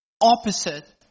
opposite